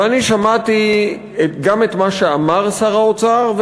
ואני שמעתי גם את מה שאמר שר האוצר,